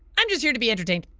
i'm just here to be entertained.